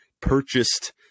purchased